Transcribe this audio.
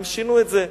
הם שינו את זה,